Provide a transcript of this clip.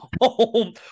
home